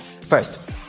First